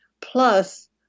plus